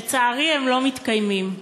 ולצערי, הם לא מתקיימים.